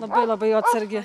labai labai atsargi